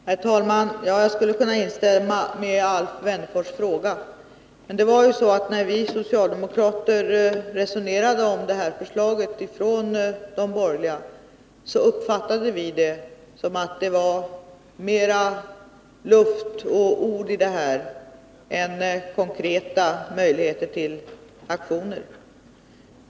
Herr talman! Jag skulle kunna instämma i Alf Wennerfors fråga, men när vi socialdemokrater resonerade om det här förslaget från de borgerliga uppfattade vi det så, att det var mer luft och ord i det än konkreta möjligheter till aktioner.